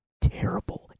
terrible